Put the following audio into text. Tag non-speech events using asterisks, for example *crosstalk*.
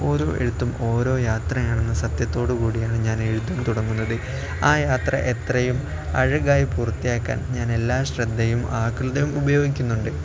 ഓരോ എഴുത്തും ഓരോ യാത്രയാണെന്ന സത്യത്തോടുകൂടിയാണ് ഞാൻ എഴുതാന് തുടങ്ങുന്നത് ആ യാത്ര എത്രയും അഴകായി പൂർത്തിയാക്കാൻ ഞാൻ എല്ലാ ശ്രദ്ധയും *unintelligible* ഉപയോഗിക്കുന്നുണ്ട്